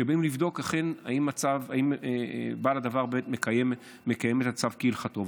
שבאים לבדוק אם אכן בעל הדבר באמת מקיים את הצו כהלכתו.